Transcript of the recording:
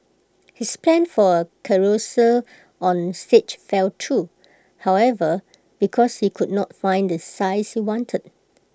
his plan for A carousel on stage fell through however because he could not find the size he wanted